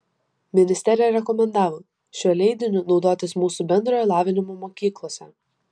ministerija rekomendavo šiuo leidiniu naudotis mūsų bendrojo lavinimo mokyklose